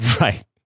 Right